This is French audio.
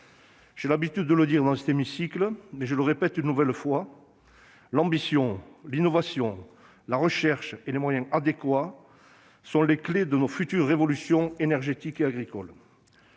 J'ai l'habitude de le dire dans cet hémicycle, mais je veux le répéter une nouvelle fois : l'ambition, l'innovation, la recherche et des moyens adéquats sont les clés de nos futures révolutions énergétiques et agricoles.